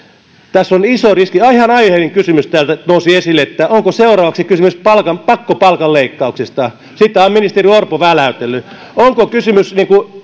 tässä on iso riski ihan aiheellinen kysymys täältä nousi esille onko seuraavaksi kysymys pakkopalkanleikkauksista sitä on ministeri orpo väläytellyt onko kysymys niin kuin